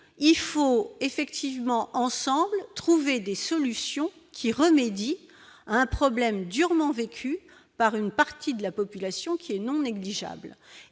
il faut effectivement ensemble, trouver des solutions qui remédie un problème durement vécue par une partie de la population qui est non négligeables